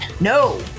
No